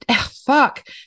fuck